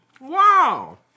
Wow